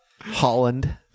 Holland